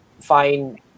find